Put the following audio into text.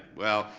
well,